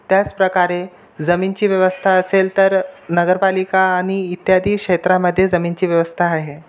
त्याच प्रकारे जमीनची व्यवस्था असेल तर नगरपालिका आणि इत्यादी क्षेत्रामध्ये जमीनची व्यवस्था आहे